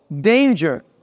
danger